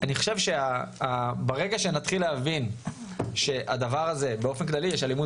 אני חושב שברגע שנתחיל להבין שבאופן כללי יש אלימות